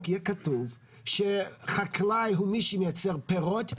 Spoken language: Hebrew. יהיה כתוב שחקלאי הוא מי שמייצר פירות,